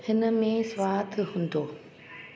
हिन में स्वादु हूंदो